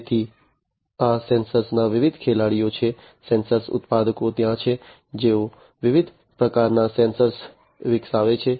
તેથી આ સેન્સર ના વિવિધ ખેલાડીઓ છે સેન્સર ઉત્પાદકો ત્યાં છે જેઓ વિવિધ પ્રકારના સેન્સર વિકસાવે છે